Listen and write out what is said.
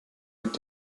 mit